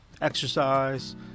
exercise